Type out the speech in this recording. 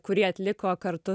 kurie atliko kartu